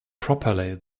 properly